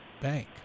bank